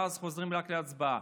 ואז חוזרים רק להצבעה.